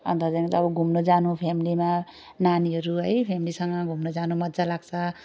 अन्त त्यादेखि त अब घुम्न जानु फेमिलीमा नानीहरू है फेमिलीसँग घुम्नु जानु मज्जा लाग्छ